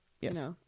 Yes